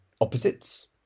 opposites